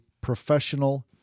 professional